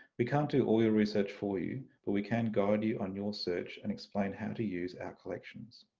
we can't do all your research for you but we can guide you on your search and explain how to use our collections.